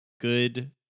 good